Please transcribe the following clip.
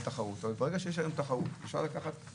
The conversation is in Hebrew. אבל בהסכמה, אתה יודע מה זה בהסכמה, תומר?